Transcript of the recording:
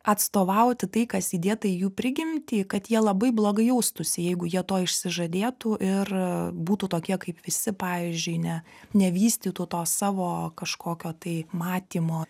atstovauti tai kas įdėta į jų prigimtį kad jie labai blogai jaustųsi jeigu jie to išsižadėtų ir būtų tokie kaip visi pavyzdžiui ne nevystytų to savo kažkokio tai matymo